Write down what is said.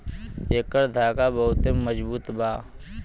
एकर धागा बहुते मजबूत बा